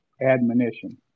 admonition